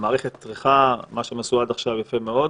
שהמערכת צריכה, מה שהם עשו עד עכשיו יפה מאוד,